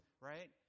right